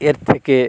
এর থেকে